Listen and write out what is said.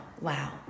wow